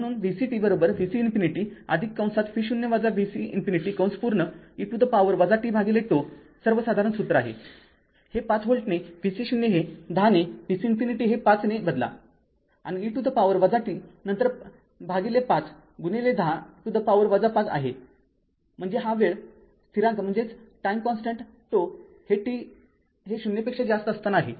म्हणून vc t vc ∞ vc 0 vc ∞ e to the power tτ सर्वसाधारण सूत्र आहे हे ५ व्होल्ट ने vc 0 हे १० ने vc ∞हे ५ ने बदला आणि e to the power t नंतर भागिले ५ गुणिले १० to the power ५ आहे म्हणजे हा वेळ स्थिरांक τ हे t हे ० पेक्षा जास्त असताना आहे